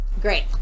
Great